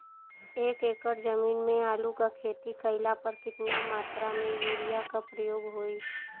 एक एकड़ जमीन में आलू क खेती कइला पर कितना मात्रा में यूरिया क प्रयोग होई?